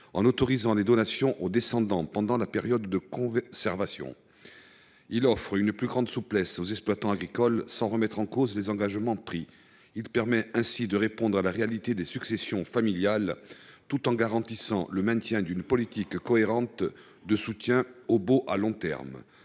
en autorisant les donations aux descendants pendant la période de conservation. Il offre une plus grande souplesse aux exploitants agricoles sans remettre en cause les engagements pris. Il permet ainsi de répondre à la réalité des successions familiales, tout en garantissant le maintien d’une politique cohérente de soutien aux baux à long terme.